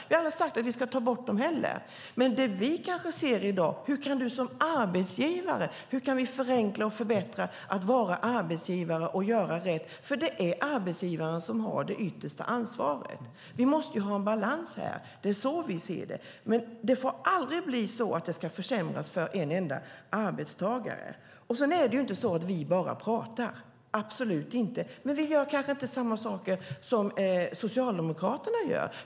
Vi har aldrig sagt att vi ska ta bort dem, men vad vi ser på i dag är hur vi kan förenkla och förbättra för arbetsgivare att göra rätt, för det är arbetsgivaren som har det yttersta ansvaret. Vi måste ha en balans. Det är så vi ser det. Men det får aldrig bli så att det försämras för en enda arbetstagare. Det är heller inte så att vi bara pratar, absolut inte. Däremot kanske vi inte gör samma saker som Socialdemokraterna vill göra.